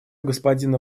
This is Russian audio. господина